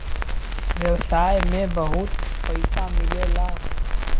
व्यवसाय में बहुत पइसा मिलेला